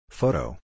Photo